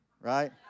right